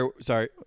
Sorry